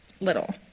little